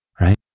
right